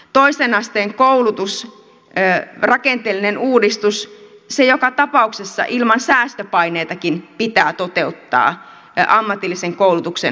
toisen asteen koulutuksen rakenteellinen uudistus joka tapauksessa ilman säästöpaineitakin pitää toteuttaa ammatillisen koulutuksen osalta